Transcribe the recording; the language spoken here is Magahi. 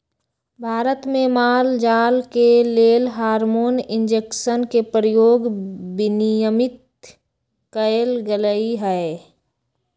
भारत में माल जाल के लेल हार्मोन इंजेक्शन के प्रयोग विनियमित कएल गेलई ह